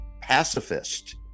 pacifist